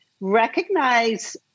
recognize